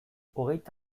hogeita